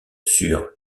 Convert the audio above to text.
sur